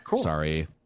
sorry